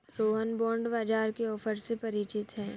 Rohan bond बाजार के offer से परिचित है